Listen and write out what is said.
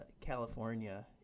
California